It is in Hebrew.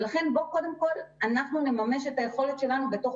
ולכן בואו קודם כל נממש את היכולת שלנו בתוך